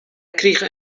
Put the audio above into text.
krige